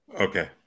okay